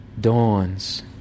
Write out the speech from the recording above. dawns